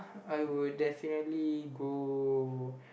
I would definitely go